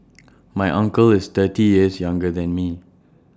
my uncle is thirty years younger than me